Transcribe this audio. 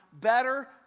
better